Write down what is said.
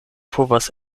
povas